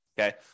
okay